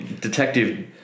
Detective